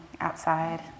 outside